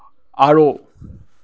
আৰু